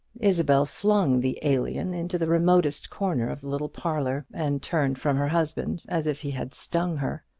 isabel flung the alien into the remotest corner of the little parlour, and turned from her husband as if he had stung her.